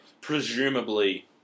presumably